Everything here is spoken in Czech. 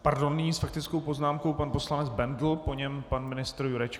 Pardon, nyní s faktickou poznámkou pan poslanec Bendl, po něm pan ministr Jurečka.